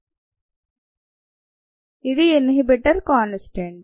012 కి inhibitor constant